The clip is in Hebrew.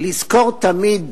לזכור תמיד